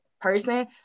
person